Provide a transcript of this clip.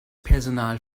personal